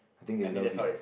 I think they love it